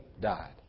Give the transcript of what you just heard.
died